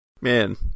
Man